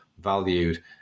valued